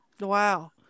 wow